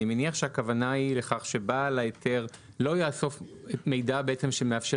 אני מניח שהכוונה היא לכך שבעל ההיתר לא יאסוף מידע שמאפשר